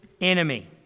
enemy